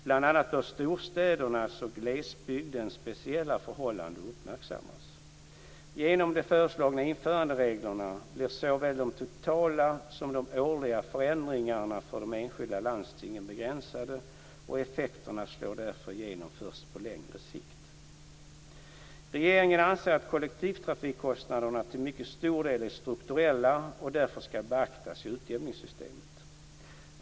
Bl.a. bör storstädernas och glesbygdens speciella förhållanden uppmärksammas. Genom de föreslagna införandereglerna blir såväl de totala som de årliga förändringarna för de enskilda landstingen begränsade och effekterna slår därför igenom först på längre sikt. Regeringen anser att kollektivtrafikkostnaderna till mycket stor del är strukturella och därför skall beaktas i utjämningssystemet.